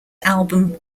album